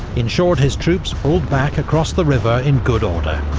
ensured his troops pulled back across the river in good order.